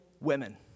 women